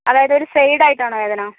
അതായത് ഒരു സൈഡ് ആയിട്ടാണോ വേദന